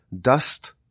dust